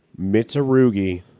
Mitsurugi